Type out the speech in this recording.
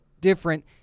different